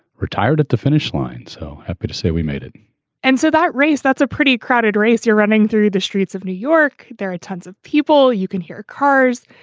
retired at the finish line. so happy to say we made it and so that race, that's a pretty crowded race. you're running through the streets of new york. there are tons of people. you can hear cars.